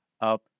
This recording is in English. up